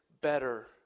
better